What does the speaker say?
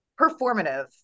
performative